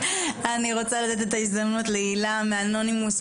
אני רוצה לתת את ההזדמנות להילה מאנימלס,